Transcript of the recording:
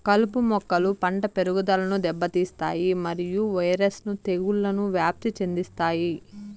కలుపు మొక్కలు పంట పెరుగుదలను దెబ్బతీస్తాయి మరియు వైరస్ ను తెగుళ్లను వ్యాప్తి చెందిస్తాయి